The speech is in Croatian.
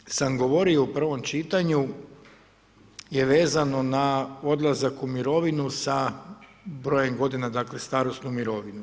Ono što sam govorio u prvom čitanju je vezano na odlazak u mirovinu sa brojem godina, dakle, starosnu mirovinu.